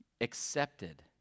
Accepted